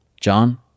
John